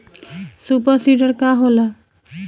Super seeder का होला?